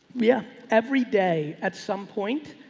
yeah, every day. at some point,